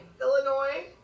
Illinois